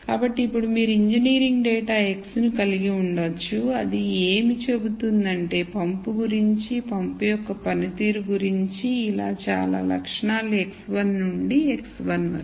కాబట్టి ఇప్పుడు మీరు ఇంజనీరింగ్ డేటా x ను కలిగి ఉండవచ్చు అది ఏమి చెబుతుందంటే పంపు గురించి పంపు యొక్క పనితీరు గురించి ఇలా చాలా లక్షణాలు x1 నుండి xn వరకు